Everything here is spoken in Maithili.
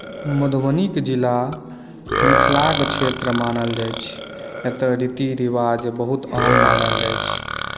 मधुबनीके जिला मिथिलाक क्षेत्र मानल जाइ छै एतय रीति रिवाज बहुत अहम् मानल जाइ छै